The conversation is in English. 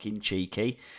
cheeky